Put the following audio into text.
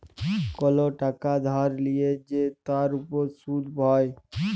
call টাকা ধার লিয়ে যে তার উপর শুধ হ্যয়